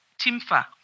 TIMFA